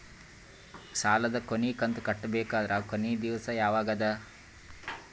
ಸಾಲದ ಕೊನಿ ಕಂತು ಕಟ್ಟಬೇಕಾದರ ಕೊನಿ ದಿವಸ ಯಾವಗದ?